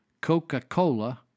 Coca-Cola